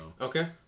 Okay